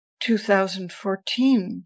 2014